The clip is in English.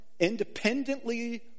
independently